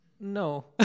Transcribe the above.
No